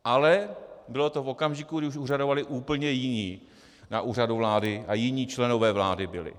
Ale bylo to v okamžiku, kdy už úřadovali úplně jiní na Úřadu vlády a jiní členové vlády byli.